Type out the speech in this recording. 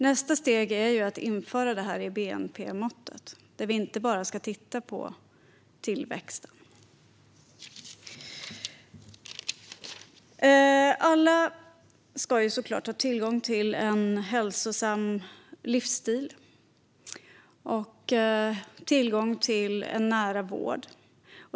Nästa steg är att införa det i bnp-måttet där vi inte bara ska titta på tillväxten. Alla ska såklart ha tillgång till en hälsosam livsstil och ha tillgång till en nära vård.